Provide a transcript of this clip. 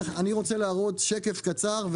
אני רוצה להראות שקף קצר,